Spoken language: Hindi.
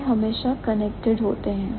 यह हमेशा कनेक्टेड होते हैं